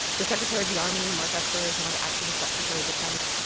the secretary of the army mark esper is now the acting secretary of defense.